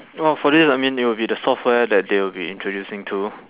oh for this I mean it will be the software that they will be introducing too